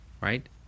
right